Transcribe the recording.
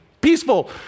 peaceful